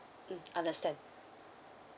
mm understand